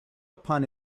upon